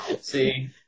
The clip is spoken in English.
See